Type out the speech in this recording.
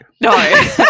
No